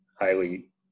highly